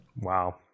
Wow